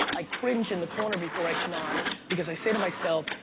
i cringe in the corner before i come on because i say to myself,